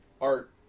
Art